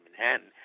Manhattan